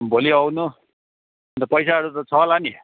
भोलि आउनू अनि त पैसाहरू त छ होला नि